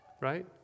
right